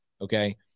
Okay